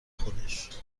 خودش